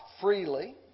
freely